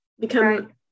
become